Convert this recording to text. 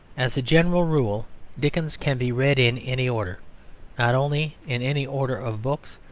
as a general rule dickens can be read in any order not only in any order of books,